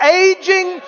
aging